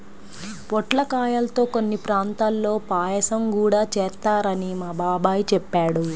పొట్లకాయల్తో కొన్ని ప్రాంతాల్లో పాయసం గూడా చేత్తారని మా బాబాయ్ చెప్పాడు